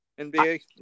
NBA